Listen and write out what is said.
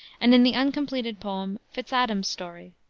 and in the uncompleted poem, fitz-adam's story.